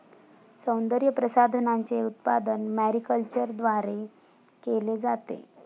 सौंदर्यप्रसाधनांचे उत्पादन मॅरीकल्चरद्वारे केले जाते